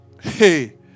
Hey